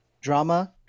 drama